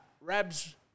Rab's